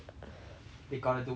they got to do what they got to do